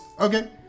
Okay